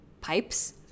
pipes